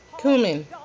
cumin